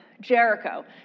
Jericho